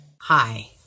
Hi